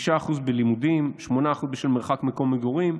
9% בלימודים, 8% בשל מרחק מקום מגורים.